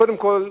קודם כול,